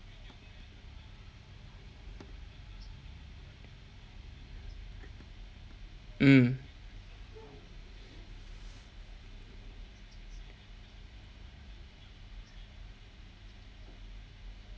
mm